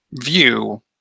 view